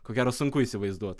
ko gero sunku įsivaizduot